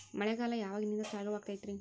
ಮಳೆಗಾಲ ಯಾವಾಗಿನಿಂದ ಚಾಲುವಾಗತೈತರಿ?